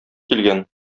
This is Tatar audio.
килгән